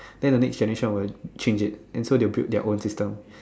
then the next generation will change it and so they built their own system